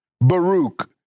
Baruch